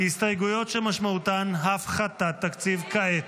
הסתייגויות שמשמעותן הפחתת תקציב כעת.